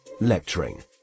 Lecturing